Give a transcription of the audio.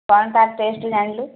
କ'ଣ ତା'ର ଟେଷ୍ଟ୍ ଜାଣିଲୁ